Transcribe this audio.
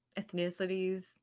ethnicities